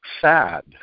sad